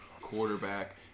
quarterback